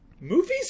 Movies